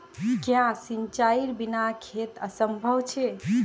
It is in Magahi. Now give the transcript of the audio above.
क्याँ सिंचाईर बिना खेत असंभव छै?